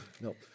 Nope